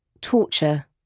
torture